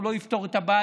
הוא לא יפתור את הבעיה,